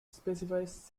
specifies